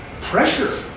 pressure